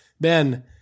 Ben